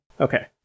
Okay